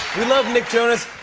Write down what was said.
we love nick jonas.